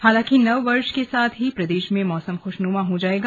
हालांकि नववर्ष के साथ ही प्रदेश में मौसम खूशनुमा हो जायेगा